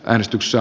äänestyksessä